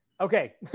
okay